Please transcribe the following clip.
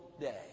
day